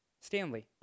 Stanley